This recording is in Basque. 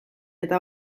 eta